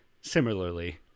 similarly